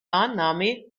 annahme